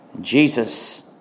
Jesus